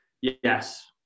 Yes